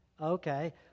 Okay